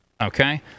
Okay